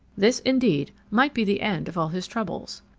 this, indeed, might be the end of all his troubles.